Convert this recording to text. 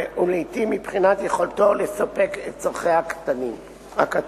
ולעתים מבחינת יכולתו לספק את צורכי הקטין.